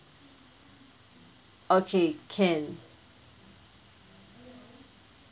okay can